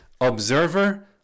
Observer